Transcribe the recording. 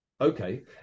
Okay